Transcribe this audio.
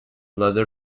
leather